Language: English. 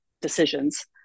decisions